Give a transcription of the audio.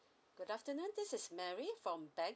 good afternoon this is mary from bank